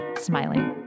smiling